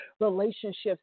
relationships